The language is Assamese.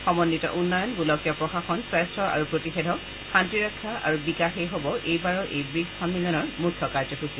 সমন্বিত উন্নয়ন গোলকীয় প্ৰশাসন স্বাস্থ্য আৰু প্ৰতিষেধক শান্তিৰক্ষা আৰু বিকাশেই হ'ব এই ৱিকছ সন্মিলনৰ মুখ্য কাৰ্যসূচী